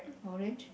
orange